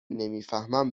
نمیفهمم